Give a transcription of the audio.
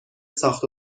ساخت